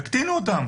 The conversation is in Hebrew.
יקטינו אותם.